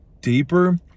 deeper